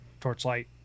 Torchlight